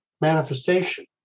manifestation